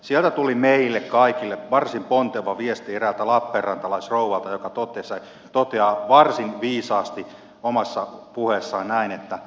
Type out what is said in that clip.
sieltä tuli meille kaikille varsin ponteva viesti eräältä lappeenrantalaisrouvalta joka toteaa varsin viisaasti omassa puheessaan näin